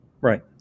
right